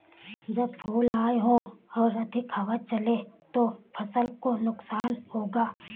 जब फूल आए हों और अधिक हवा चले तो फसल को नुकसान होगा?